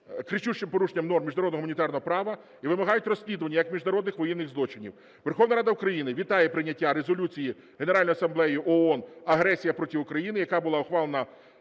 кричущого порушення норм міжнародно-гуманітарного права і вимагають розслідування як міжнародних воєнних злочинів. Верховна Рада України вітає прийняття Резолюції Генеральної асамблеї ООН "Агресія проти України", яка була ухвалена